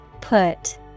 Put